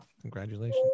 congratulations